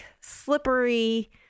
slippery